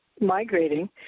migrating